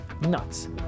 nuts